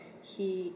he